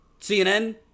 CNN